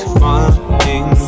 running